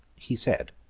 he said,